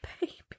baby